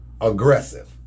aggressive